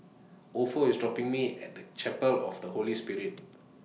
Opha IS dropping Me At Chapel of The Holy Spirit